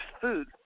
food